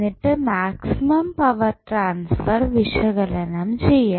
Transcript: എന്നിട്ട് maximum power transfer വിശകലനം ചെയ്യാം